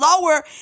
lower